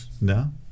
No